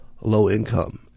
low-income